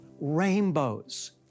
rainbows